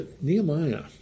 Nehemiah